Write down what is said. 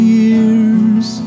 years